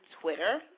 Twitter